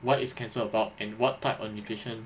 what is cancer about and what type of nutrition